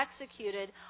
executed